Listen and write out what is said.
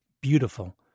beautiful